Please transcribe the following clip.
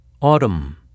Autumn